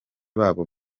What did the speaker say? babo